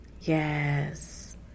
Yes